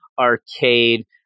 Arcade